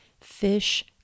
Fish